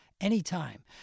anytime